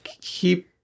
keep